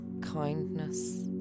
kindness